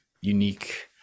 unique